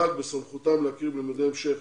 בסמכות המל"ג להכיר בלימודי המשך